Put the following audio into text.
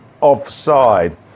offside